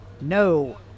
No